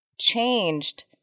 changed